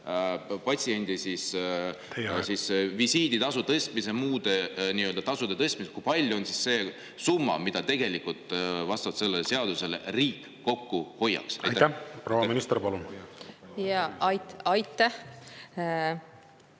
aeg! … visiiditasu tõstmise, muude tasude tõstmise … Kui palju on see summa, mida tegelikult vastavalt sellele seadusele riik kokku hoiaks? Aitäh! Proua minister, palun! Aitäh!